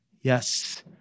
Yes